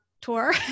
tour